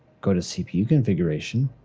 go to cpu configuration,